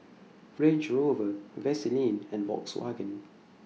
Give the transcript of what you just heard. Range Rover Vaseline and Volkswagen